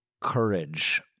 courage